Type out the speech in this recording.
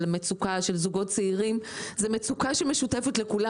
על מצוקה של זוגות צעירים זו מצוקה שמשותפת לכולם.